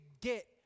get